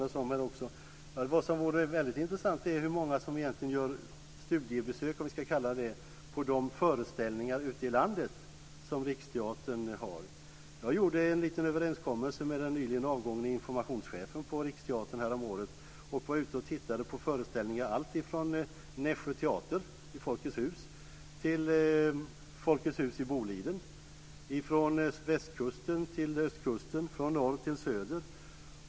Det som vore intressant är hur många som gör "studiebesök" på de föreställningar ute i landet som Riksteatern har. Jag gjorde en liten överenskommelse med den nyligen avgångne informationschefen på Riksteatern häromåret. Jag tittade på föreställningar, alltifrån Nässjö teater i Folkets hus till Folkets hus i Boliden, från västkusten till östkusten, från norr till söder.